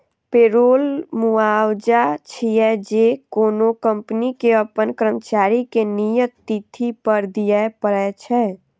payroll मुआवजा छियै, जे कोनो कंपनी कें अपन कर्मचारी कें नियत तिथि पर दियै पड़ै छै